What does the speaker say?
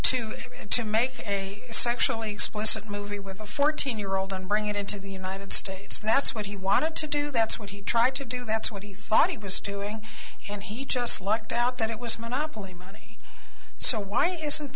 to to make a sexually explicit movie with a fourteen year old and bring it into the united states that's what he wanted to do that's what he tried to do that's what he thought he was doing and he just lucked out that it was monopoly money so why isn't